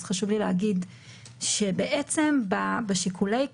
יכולים להגיד שבדיונים הפליליים שהם לא ועדות שחרורים,